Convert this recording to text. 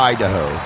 Idaho